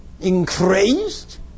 increased